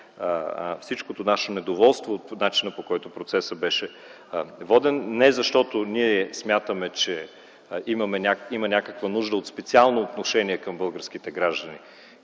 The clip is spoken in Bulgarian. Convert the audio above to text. всичкото наше недоволство от начина, по който беше воден процесът. Не защото ние смятаме, че има някаква нужда от специално отношение към българските граждани